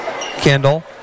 Kendall